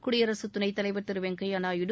குடியரசு துணைத்தலைவர் திரு வெங்கையா நாயுடு